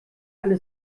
alle